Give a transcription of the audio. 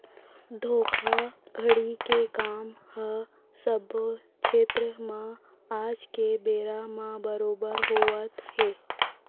धोखाघड़ी के काम ह सब्बो छेत्र म आज के बेरा म बरोबर होवत हे